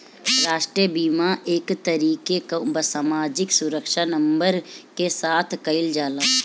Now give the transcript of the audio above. राष्ट्रीय बीमा एक तरीके कअ सामाजिक सुरक्षा नंबर के साथ कइल जाला